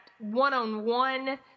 one-on-one